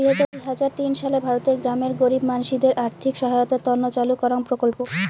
দুই হাজার তিন সালে ভারতের গ্রামের গরীব মানসিদের আর্থিক সহায়তার তন্ন চালু করাঙ প্রকল্প